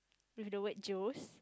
with the word juice